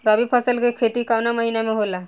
रवि फसल के खेती कवना महीना में होला?